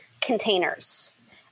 containers